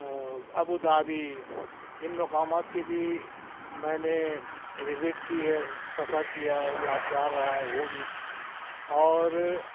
ابودہبی ان مقامات کی بھی میں نے وزٹ کی ہے سفر کیا ہے یادگار رہا ہے وہ بھی اور